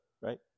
right